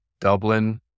Dublin